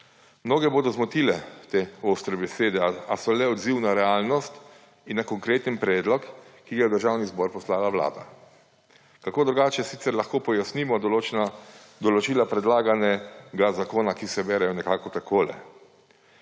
Mnoge bodo zmotile te ostre besede, a so le odziv na realnost in na konkreten predlog, ki ga je v Državni zbor poslala Vlada. Kako drugače sicer lahko pojasnimo določena določila predlaganega zakona, ki se berejo nekako takole.